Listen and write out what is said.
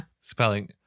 Spelling